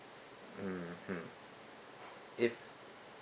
mmhmm if